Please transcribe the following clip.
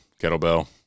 kettlebell